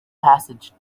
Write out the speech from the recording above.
passage